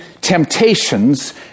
temptations